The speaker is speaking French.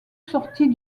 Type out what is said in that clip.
sortit